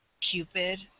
Cupid